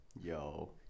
Yo